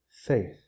faith